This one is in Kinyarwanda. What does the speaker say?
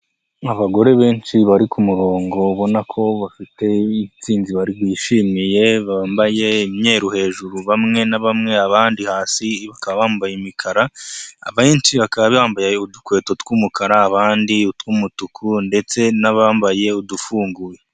Abagore benshi bari ku murongo, ubona ko bafite intsinzi bishimiye, bambaye imyeru hejuru bamwe na bamwe, abandi hasi bakaba bambaye imikara, abenshi bakaba bambaye udukweto tw'umukara, abandi utw'umutuku ndetse n'abambaye udufunguye.